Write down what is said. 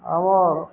ଆମର୍